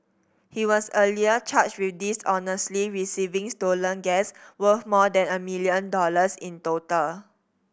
he was earlier charged with dishonestly receiving stolen gas worth more than a million dollars in total